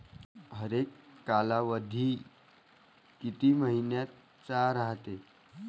हरेक कालावधी किती मइन्याचा रायते?